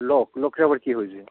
lock লকের আবার কী হয়েছে